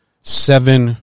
seven